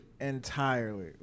entirely